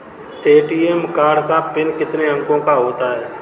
ATM card का pin कितने अंकों का होता है?